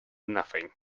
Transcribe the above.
nothing